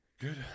Good